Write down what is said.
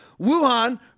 Wuhan